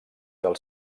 del